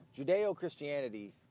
Judeo-Christianity